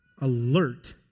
alert